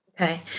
Okay